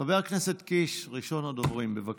חבר הכנסת קיש, ראשון הדוברים, בבקשה.